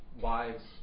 wives